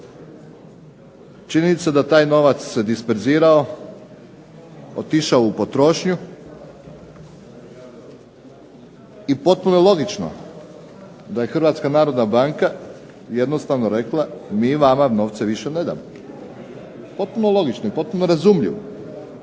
je da je taj novac disperzirao, otišao u potrošnju i potpuno je logično da je Hrvatska narodna banka jednostavno rekla mi vama novce više ne damo. Potpuno logično i potpuno razumljivo.